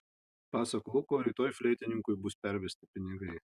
pasak luko rytoj fleitininkui bus pervesti pinigai